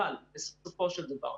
אבל בסופו של דבר,